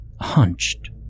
hunched